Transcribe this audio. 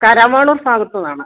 കരവാളൂർ ഭാഗത്ത് നിന്നാണ്